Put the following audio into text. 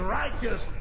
righteous